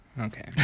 Okay